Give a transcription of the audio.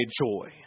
joy